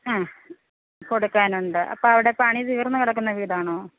ആ കൊടുക്കാനുണ്ട് അപ്പോൾ അവിടെ പണി തീർന്നു കിടക്കുന്ന വീട് ആണോ